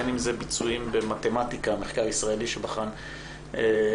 בין אם אלה ביצועים במתמטיקה זה מחקר ישראלי שבחן את